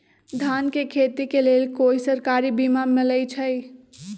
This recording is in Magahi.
धान के खेती के लेल कोइ सरकारी बीमा मलैछई?